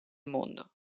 mondo